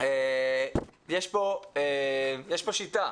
יש פה שיטה.